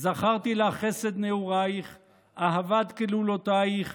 זכרתי לך חסד נעורַיִך אהבת כלולֹתַיִך